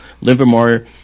Livermore